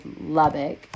lubbock